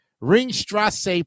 Ringstrasse